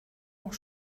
auch